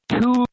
Two